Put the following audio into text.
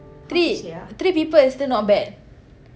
tapi three three people is still not bad